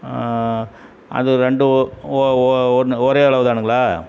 அது ரெண்டு ஒன்று ஒரே அளவுதானுங்களா